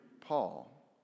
Paul